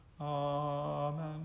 Amen